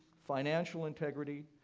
financial integrity,